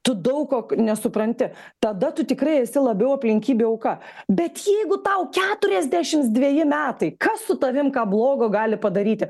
tu daug ko nesupranti tada tu tikrai esi labiau aplinkybių auka bet jeigu tau keturiasdešims dveji metai kas su tavim ką blogo gali padaryti